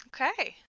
Okay